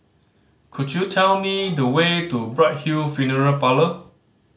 could you tell me the way to Bright Hill Funeral Parlour